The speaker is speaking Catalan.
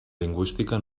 lingüística